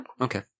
Okay